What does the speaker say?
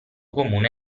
comune